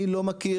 אני לא מכיר.